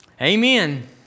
Amen